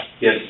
Yes